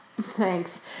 Thanks